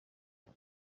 gihe